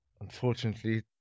unfortunately